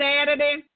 Saturday